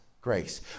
grace